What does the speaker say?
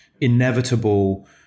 inevitable